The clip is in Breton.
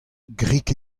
grik